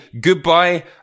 goodbye